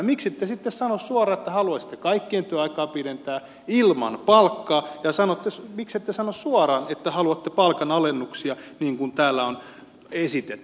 miksi ette sitten sano suoraan että haluaisitte kaikkien työaikaa pidentää ilman palkkaa ja miksette sano suoraan että haluatte palkanalennuksia niin kuin täällä on esitetty